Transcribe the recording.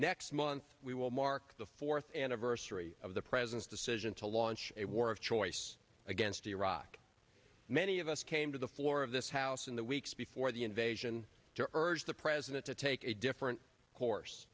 next month we will mark the fourth anniversary of the president's decision to launch a war of choice against iraq many of us came to the floor of this house in the weeks before the invasion to urge the president to take a different course